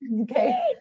okay